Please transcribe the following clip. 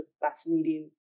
fascinating